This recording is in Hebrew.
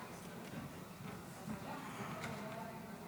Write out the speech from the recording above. אדוני היושב-ראש,